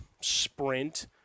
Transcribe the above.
sprint